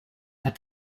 that